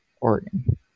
Oregon